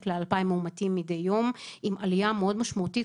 ל-2,000 מאומתים מדי יום עם עלייה מאוד משמעותית,